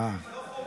להעביר